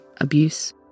abuse